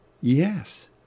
Yes